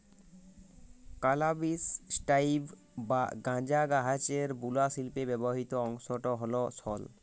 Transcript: ক্যালাবিস স্যাটাইভ বা গাঁজা গাহাচের বুলা শিল্পে ব্যাবহিত অংশট হ্যল সল